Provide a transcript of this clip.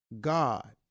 God